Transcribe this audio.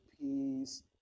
peace